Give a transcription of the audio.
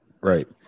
Right